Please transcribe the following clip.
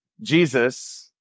Jesus